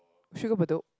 should we go Bedok